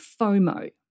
FOMO